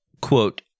quote